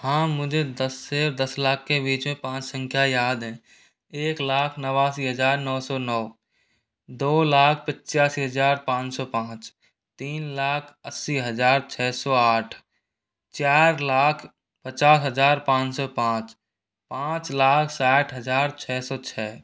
हाँ मुझे दस से दस लाख के बीच में पाँच संख्या याद है एक लाख नवासी हज़ार नौ सौ नौ दो लाख पचासी हज़ार पाँच सौ पाँच तीन लाख अस्सी हज़ार छः सौ आठ चार लाख पचास हज़ार पाँच सौ पाँच पाच लाख साठ हज़ार छः सौ छः